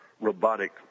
robotic